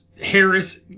Harris